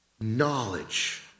knowledge